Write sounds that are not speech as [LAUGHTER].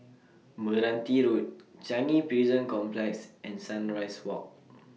[NOISE] Meranti Road [NOISE] Changi Prison Complex and Sunrise Walk [NOISE]